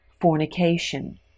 fornication